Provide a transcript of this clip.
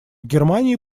германии